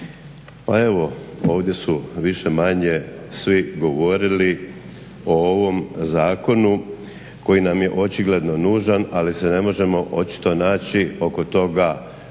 Pa evo, ovdje su više-manje svi govorili o ovom Zakonu koji nam je očigledno nužan, ali se ne možemo očito naći oko toga